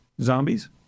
Zombies